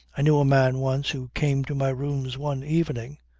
i knew a man once who came to my rooms one evening,